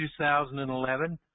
2011